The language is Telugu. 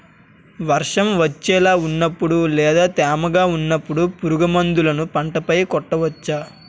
వర్షం వచ్చేలా వున్నపుడు లేదా తేమగా వున్నపుడు పురుగు మందులను పంట పై కొట్టవచ్చ?